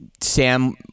Sam